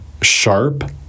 sharp